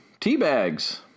Teabags